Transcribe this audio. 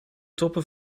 toppen